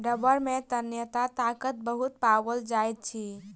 रबड़ में तन्यता ताकत बहुत पाओल जाइत अछि